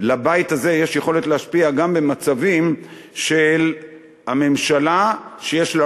שלבית הזה יש יכולת להשפיע גם במצבים שהממשלה יש לה